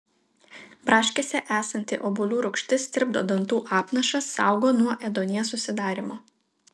braškėse esanti obuolių rūgštis tirpdo dantų apnašas saugo nuo ėduonies susidarymo